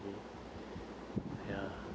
ya